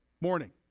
morning